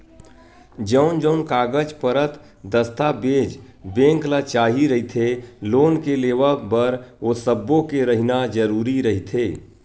जउन जउन कागज पतर दस्ताबेज बेंक ल चाही रहिथे लोन के लेवब बर ओ सब्बो के रहिना जरुरी रहिथे